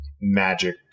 magic